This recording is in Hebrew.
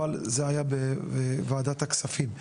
אבל זה היה בוועדת הכספים.